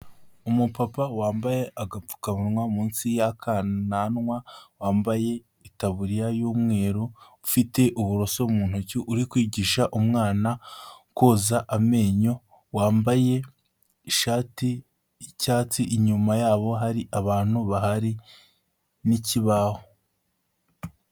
Umupapa wambaye agapfukamunwa munsi y'akananwa, wambaye itaburiya y'umweru, ufite uburoso mu ntoki uri kwigisha umwana koza amenyo, wambaye ishati y'icyatsi, inyuma yabo hari abantu bahari, n'ikibaho.